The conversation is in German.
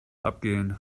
abgehen